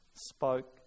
spoke